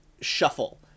Shuffle